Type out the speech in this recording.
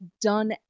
done